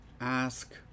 ask